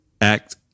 act